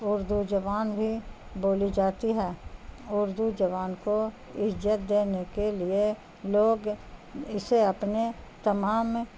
اردو جبان بھی بولی جاتی ہے اردو جبان کو عجت دینے کے لیے لوگ اسے اپنے تمام